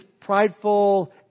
prideful